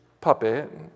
puppet